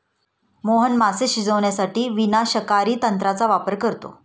मोहन मासे शिजवण्यासाठी विनाशकारी तंत्राचा वापर करतो